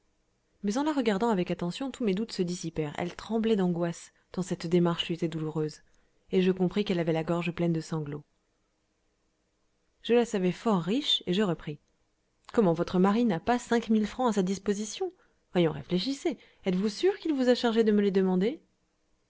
mais en la regardant avec attention tous mes doutes se dissipèrent elle tremblait d'angoisse tant cette démarche lui était douloureuse et je compris qu'elle avait la gorge pleine de sanglots je la savais fort riche et je repris comment votre mari n'a pas cinq mille francs à sa disposition voyons réfléchissez êtes-vous sûre qu'il vous a chargée de me les demander